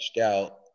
out